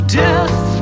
death